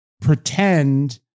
pretend